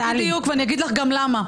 בדיוק, ואני אגיד לך גם למה.